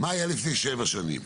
מה היה לפני שבע שנים.